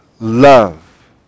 love